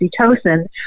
oxytocin